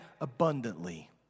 abundantly